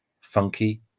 funky